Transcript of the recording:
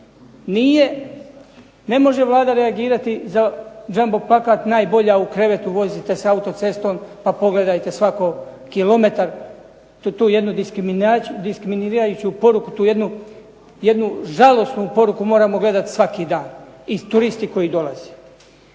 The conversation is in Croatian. Ne može Vlada reagirati za džamo plakat "Najbolja u krevetu" vozite se autocestom pa pogledajte svaki kilometar tu jednu diskriminirajuću poruku, tu jednu žalosnu poruku moramo gledati svaki dan i turisti koji dolaze.